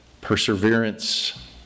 perseverance